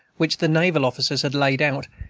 which the naval officers had laid out,